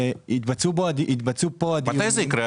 יתבצעו פה הדיונים --- מתי זה יקרה,